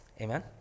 Amen